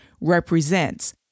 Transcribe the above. represents